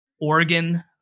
Oregon